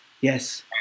Yes